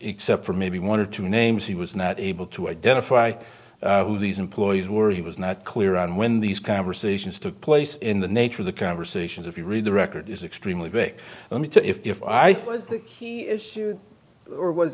except for maybe one or two names he was not able to identify who these employees were he was not clear on when these conversations took place in the nature of the conversations if you read the record is extremely big only to if i was the issue or was